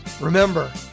Remember